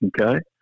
okay